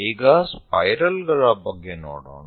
ಈಗ ಸ್ಪೈರಲ್ ಗಳ ಬಗ್ಗೆ ನೋಡೋಣ